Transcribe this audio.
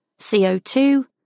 CO2